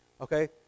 Okay